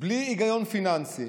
בלי היגיון פיננסי,